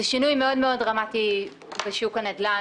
כל הבדיקות האלה הן שינוי מאוד דרמטי בשוק הנדל"ן.